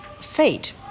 fate